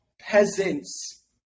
peasants